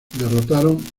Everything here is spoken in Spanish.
derrotaron